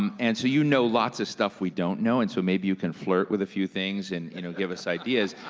um and so you know lots of stuff we don't know, and so maybe you can flirt with a few things and you know give us ideas,